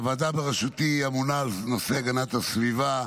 הוועדה בראשותי אמונה על נושא הגנת הסביבה.